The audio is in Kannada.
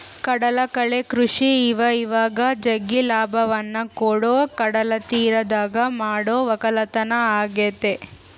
ಕಡಲಕಳೆ ಕೃಷಿ ಇವಇವಾಗ ಜಗ್ಗಿ ಲಾಭವನ್ನ ಕೊಡೊ ಕಡಲತೀರದಗ ಮಾಡೊ ವಕ್ಕಲತನ ಆಗೆತೆ